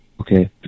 okay